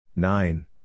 Nine